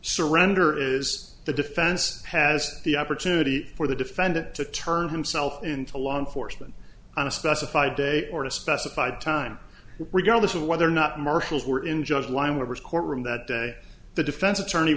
surrender is the defense has the opportunity for the defendant to turn himself into law enforcement on a specified date or a specified time regardless of whether or not marshals were in just line with his courtroom that day the defense attorney